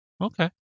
Okay